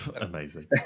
Amazing